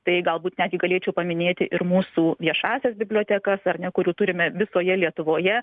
tai galbūt netgi galėčiau paminėti ir mūsų viešąsias bibliotekas ar ne kurių turime visoje lietuvoje